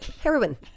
heroin